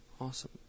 Awesome